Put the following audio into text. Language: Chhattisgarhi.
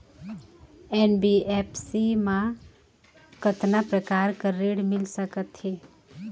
एन.बी.एफ.सी मा कतना प्रकार कर ऋण मिल सकथे?